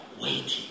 waiting